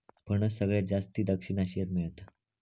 फणस सगळ्यात जास्ती दक्षिण आशियात मेळता